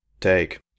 take